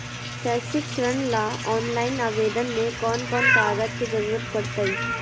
शैक्षिक ऋण ला ऑनलाइन आवेदन में कौन कौन कागज के ज़रूरत पड़तई?